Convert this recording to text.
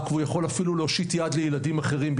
והוא יכול אפילו להושיט יד לילדים אחרים,